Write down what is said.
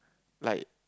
like